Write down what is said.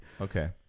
Okay